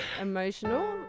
emotional